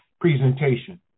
presentation